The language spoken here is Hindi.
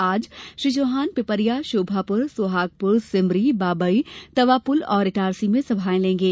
आज श्री चौहान पिपरिया शोभापुर सोहागपुर सेमरी बाबई तवापुल और इटारसी में सभाएं लेंगे